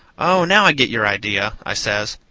oh, now i get your idea, i says.